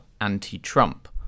anti-Trump